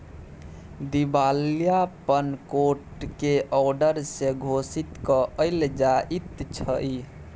दिवालियापन कोट के औडर से घोषित कएल जाइत छइ